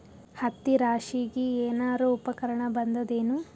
ಹತ್ತಿ ರಾಶಿಗಿ ಏನಾರು ಉಪಕರಣ ಬಂದದ ಏನು?